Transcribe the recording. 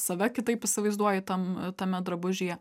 save kitaip įsivaizduoji tam tame drabužyje